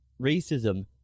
racism